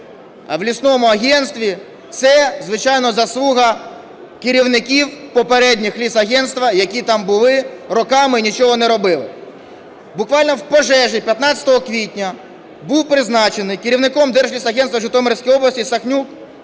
є в лісному агентстві, це, звичайно, заслуга керівників попередніх лісагентства, які там були і роками нічого не робили. Буквально в пожежі 15 квітня був призначений керівником Держлісагентства Житомирської області Сахнюк